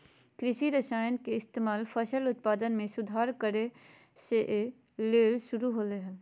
कृषि रसायन के इस्तेमाल फसल उत्पादन में सुधार करय ले शुरु होलय हल